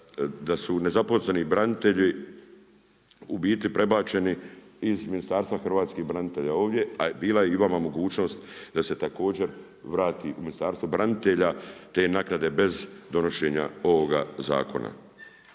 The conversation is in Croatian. da su nezaposleni branitelji u biti prebačeni iz Ministarstva hrvatskih branitelja ovdje, a bila je vama mogućnost da se također vrati u Ministarstvo branitelja te naknade bez donošenja ovoga zakona.